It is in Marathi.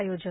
आयोजन